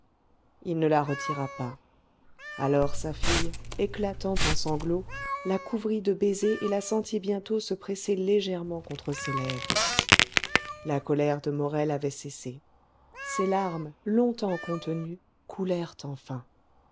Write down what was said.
il ne la retira pas alors sa fille éclatant en sanglots la couvrit de baisers et la sentit bientôt se presser légèrement contre ses lèvres la colère de morel avait cessé ses larmes longtemps contenues coulèrent enfin